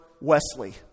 Wesley